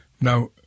Now